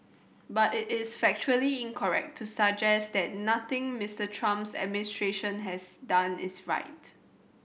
but it is factually incorrect to suggest that nothing Mister Trump's administration has done is right